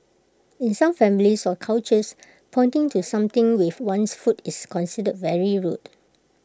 in some families or cultures pointing to something with one's foot is considered very rude